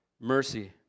mercy